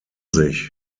sich